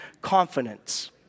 confidence